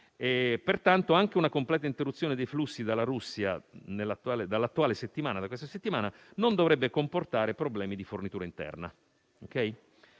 Pertanto, anche una completa interruzione dei flussi dalla Russia da questa settimana non dovrebbe comportare problemi di fornitura interna.